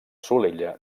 solella